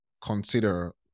consider